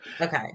Okay